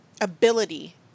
ability